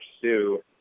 Sue